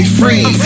free